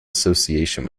association